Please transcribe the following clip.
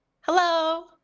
Hello